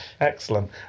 Excellent